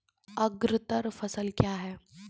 अग्रतर फसल क्या हैं?